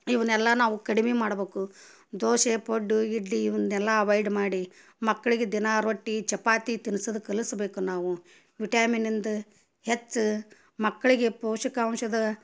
ಇವ್ನೆಲ್ಲ ನಾವು ಕಡಿವೆ ಮಾಡ್ಬೇಕು ದೋಸೆ ಪಡ್ಡು ಇಡ್ಲಿ ಇವಂದೆಲ್ಲ ಅವಾಯ್ಡ್ ಮಾಡಿ ಮಕ್ಕಳಿಗೆ ದಿನಾ ರೊಟ್ಟಿ ಚಪಾತಿ ತಿನ್ಸದು ಕಲಸ್ಬೇಕು ನಾವು ವಿಟ್ಯಾಮಿನಿಂದ ಹೆಚ್ಚು ಮಕ್ಕಳಿಗೆ ಪೋಷಕಾಂಶದ